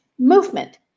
Movement